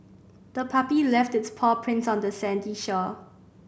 the puppy left its paw prints on the sandy shore